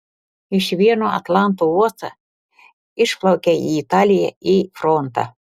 iš vieno atlanto uosto išplaukia į italiją į frontą